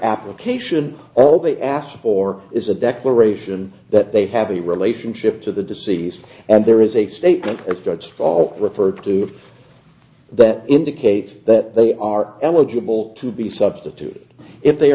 application all they ask for is a declaration that they have a relationship to the deceased and there is a statement of god's fault referred to if that indicates that they are eligible to be substituted if they